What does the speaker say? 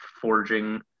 forging